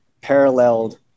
paralleled